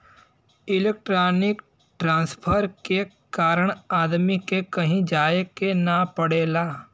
electronic transfer के कारण आदमी के कहीं जाये के ना पड़ेला